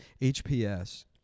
HPS